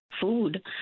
food